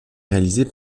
réalisée